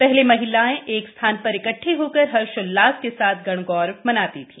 पहले महिलाएं एक स्थान पर इकटठे होकर हर्ष उल्लास के साथ गणगौर मनाती थी